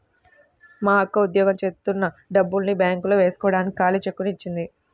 మా అక్క ఉద్యోగం జేత్తన్న డబ్బుల్ని బ్యేంకులో వేస్కోడానికి ఖాళీ చెక్కుని ఇచ్చింది